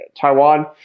Taiwan